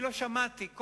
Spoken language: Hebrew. לא שמעתי,